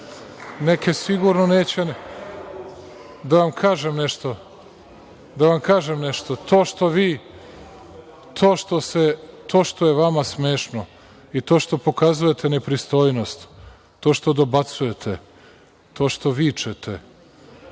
neke nove hoće. Da vam kažem nešto, to što je vama smešno i to što pokazujete nepristojnost, to što dobacujete, to što vičete,